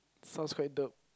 sounds quite derp